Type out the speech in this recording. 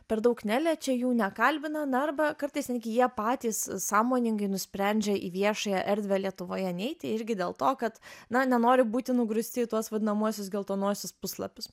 per daug neliečia jų nekalbina na arba kartais netgi jie patys sąmoningai nusprendžia į viešąją erdvę lietuvoje neiti irgi dėl to kad na nenori būti nugrūsti į tuos vadinamuosius geltonuosius puslapius